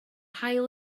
haul